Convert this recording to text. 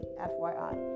FYI